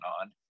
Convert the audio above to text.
on